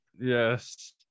Yes